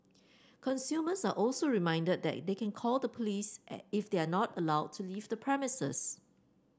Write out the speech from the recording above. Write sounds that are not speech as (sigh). consumers are also reminded that they can call the police (unintelligible) if they are not allowed to leave the premises